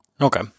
Okay